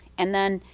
and then,